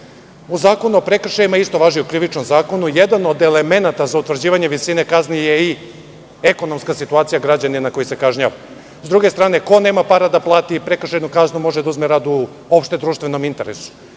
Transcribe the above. u Zakonu o prekršajima, isto važi za Krivični zakon, jedan od elemenata za utvrđivanje visine kazni je i ekonomska situacija građanina koji se kažnjava. S druge strane, ko nema para da plati prekršajnu kaznu, može da uzme rad u opštedruštvenom interesu.